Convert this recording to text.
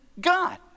God